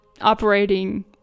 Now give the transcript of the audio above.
operating